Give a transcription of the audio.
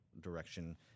direction